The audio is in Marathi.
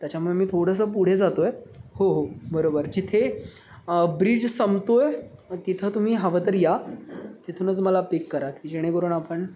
त्याच्यामुळे मी थोडंसं पुढे जातो आहे हो हो बरोबर जिथे ब्रिज संपतो आहे तिथं तुम्ही हवं तर या तिथूनच मला पिक करा की जेणेकरून आपण